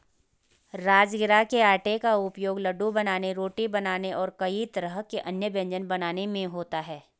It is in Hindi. राजगिरा के आटे का उपयोग लड्डू बनाने रोटी बनाने और कई तरह के अन्य व्यंजन बनाने में होता है